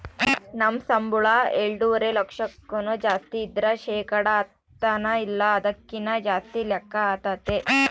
ನಮ್ ಸಂಬುಳ ಎಲ್ಡುವರೆ ಲಕ್ಷಕ್ಕುನ್ನ ಜಾಸ್ತಿ ಇದ್ರ ಶೇಕಡ ಹತ್ತನ ಇಲ್ಲ ಅದಕ್ಕಿನ್ನ ಜಾಸ್ತಿ ಲೆಕ್ಕ ಆತತೆ